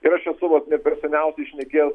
ir aš esu vat ne per seniausiai šnekėjęs